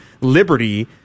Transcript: liberty